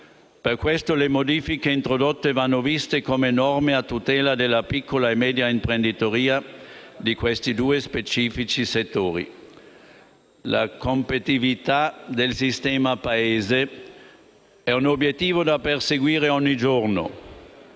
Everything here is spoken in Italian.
Per questo le modifiche introdotte sono norme a tutela della piccola e media imprenditoria di questi due specifici settori. La competitività del sistema Paese è un obiettivo da perseguire ogni giorno